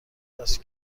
است